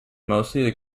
mostly